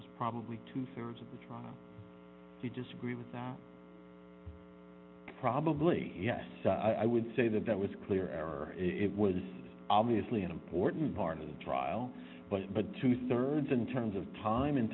was probably two thirds of the trial you disagree with probably yes i would say that that was clear error it was obviously an important part of the trial but two thirds in terms of time in